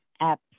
app